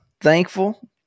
Thankful